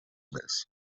més